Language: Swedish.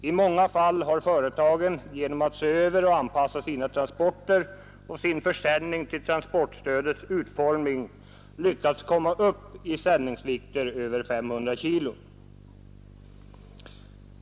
I många fall har företagen genom att se över och anpassa sina transporter och sin försäljning till transportstödets utformning lyckats komma upp i sändningsvikter över 500 kg.